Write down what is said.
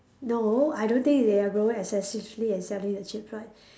no I don't think they are growing excessively and selling at cheap price